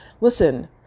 listen